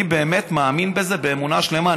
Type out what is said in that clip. אני באמת מאמין בזה באמונה שלמה.